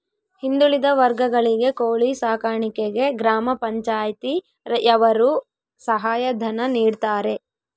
ಹಿಂದುಳಿದ ವರ್ಗಗಳಿಗೆ ಕೋಳಿ ಸಾಕಾಣಿಕೆಗೆ ಗ್ರಾಮ ಪಂಚಾಯ್ತಿ ಯವರು ಸಹಾಯ ಧನ ನೀಡ್ತಾರೆ